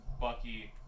Bucky